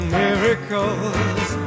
miracles